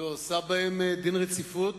ועושה להם דין רציפות,